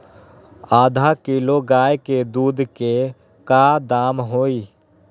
आधा किलो गाय के दूध के का दाम होई?